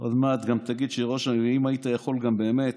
עוד מעט, אם היית יכול להגיד באמת,